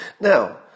Now